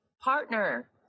partner